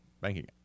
banking